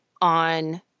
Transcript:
on